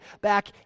back